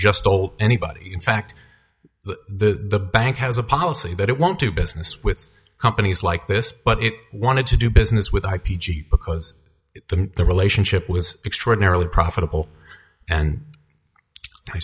just old anybody in fact the the bank has a policy that it won't do business with companies like this but it wanted to do business with r p g because the relationship was extraordinarily profitable and i